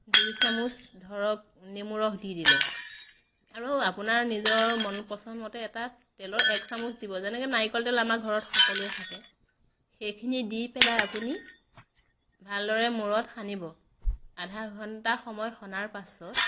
দুই চামুচ ধৰক নেমু ৰস দি দিলে আৰু আপোনাৰ নিজৰ মন পচন্দমতে এটা তেলৰ এক চামুচ দিব যেনেকৈ নাৰিকল তেল আমাৰ ঘৰত সকলোৰে থাকে সেইখিনি দি পেলাই আপুনি ভালদৰে মূৰত সানিব আধা ঘণ্টা সময় সনাৰ পাছত